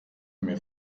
mir